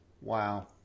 Wow